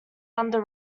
under